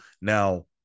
Now